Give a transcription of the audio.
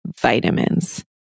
vitamins